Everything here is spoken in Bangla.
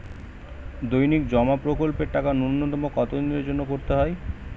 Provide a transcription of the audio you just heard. দৈনিক জমা প্রকল্পের টাকা নূন্যতম কত দিনের জন্য করতে হয়?